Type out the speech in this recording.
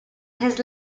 his